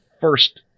first